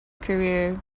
career